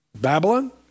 Babylon